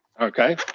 Okay